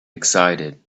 excited